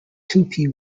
tupi